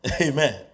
Amen